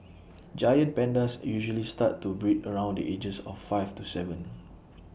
giant pandas usually start to breed around the ages of five to Seven